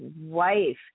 wife